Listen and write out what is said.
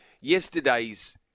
Yesterday's